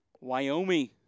Wyoming